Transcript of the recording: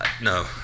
No